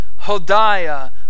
Hodiah